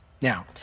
Now